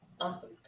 Awesome